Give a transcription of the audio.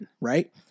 right